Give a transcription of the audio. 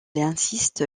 insiste